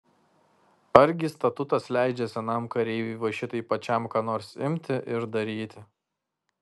argi statutas leidžia senam kareiviui va šitaip pačiam ką nors imti ir daryti